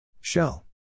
Shell